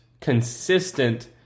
consistent